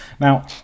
Now